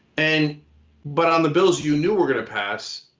and but on the bills you knew were gonna pass,